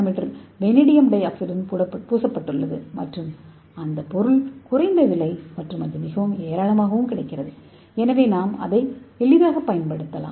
M vanadium டை ஆக்சைடுடன் பூசப்பட்டுள்ளது மற்றும் இந்த பொருள் ஏராளமாக உள்ள குறைந்த விலை குறைந்த பொருள் எனவே நாம் அதை எளிதாகப் பயன்படுத்தலாம்